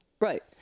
Right